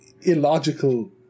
illogical